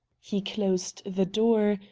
he closed the door,